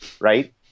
right